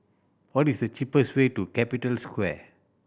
what is the cheapest way to Capital Square